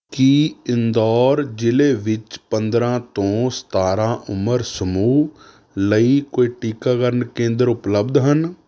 ਕੀ ਇੰਦੌਰ ਜ਼ਿਲ੍ਹੇ ਵਿੱਚ ਪੰਦਰਾਂ ਤੋਂ ਸਤਾਰਾਂ ਉਮਰ ਸਮੂਹ ਲਈ ਕੋਈ ਟੀਕਾਕਰਨ ਕੇਂਦਰ ਉਪਲਬਧ ਹਨ